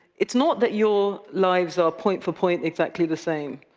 it's not that your lives are point-for-point exactly the same,